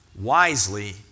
wisely